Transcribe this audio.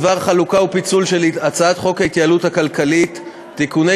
להציג את הצעת חוק ההתייעלות הכלכלית (תיקוני